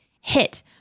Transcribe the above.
Hit